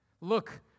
Look